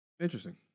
Interesting